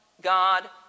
God